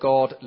God